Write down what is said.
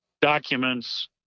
documents